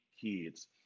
kids